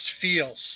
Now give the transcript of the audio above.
feels